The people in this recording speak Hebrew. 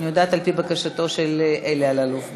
על-פי בקשתו של חבר הכנסת אלי אלאלוף.